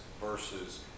Versus